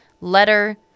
letter